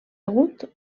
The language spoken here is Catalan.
agut